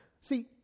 See